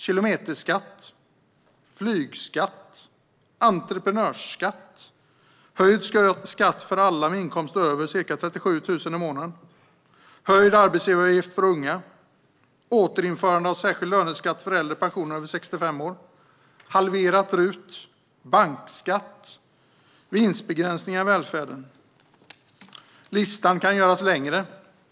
Kilometerskatt, flygskatt, entreprenörsskatt, höjd skatt för alla med inkomster över ca 37 000 i månaden, höjd arbetsgivaravgift för unga, återinförande av särskild löneskatt för äldre personer över 65 år, halverat RUT, bankskatt och vinstbegränsningar i välfärden - listan kan göras längre.